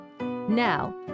Now